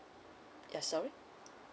ya sorry